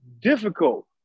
difficult